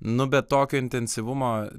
nu bet tokio intensyvumo